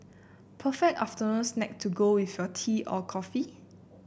perfect afternoon snack to go with your tea or coffee